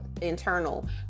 internal